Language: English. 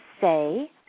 say